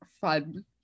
fun